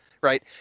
right